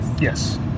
yes